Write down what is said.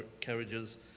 carriages